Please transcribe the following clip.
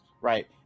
right